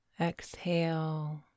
Exhale